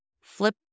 flip